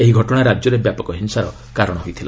ଏହି ଘଟଣା ରାଜ୍ୟରେ ବ୍ୟାପକ ହିଂସାର କାରଣ ହୋଇଥିଲା